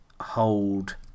hold